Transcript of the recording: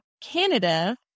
Canada